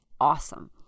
awesome